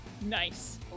Nice